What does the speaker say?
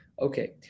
Okay